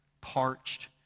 parched